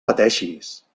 pateixis